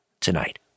tonight